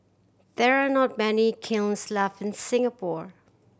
there are not many kilns left in Singapore